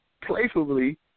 playfully